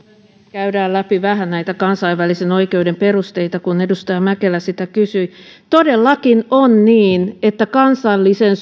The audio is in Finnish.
käydään läpi vähän näitä kansainvälisen oikeuden perusteita kun edustaja mäkelä niitä kysyi todellakin on niin että kansalliseen